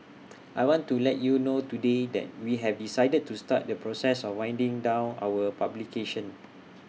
I want to let you know today that we have decided to start the process of winding down our publication